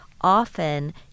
often